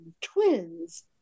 twins